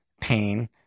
pain